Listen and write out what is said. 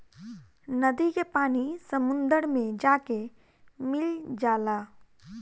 नदी के पानी समुंदर मे जाके मिल जाला